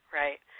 right